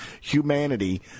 humanity